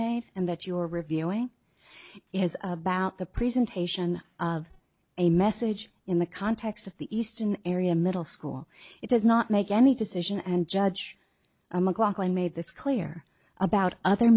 made and that you're reviewing is about the presentation of a message in the context of the eastern area middle school it does not make any decision and judge a mclaughlin made this clear about other